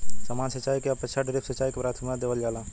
सामान्य सिंचाई के अपेक्षा ड्रिप सिंचाई के प्राथमिकता देवल जाला